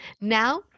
Now